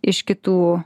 iš kitų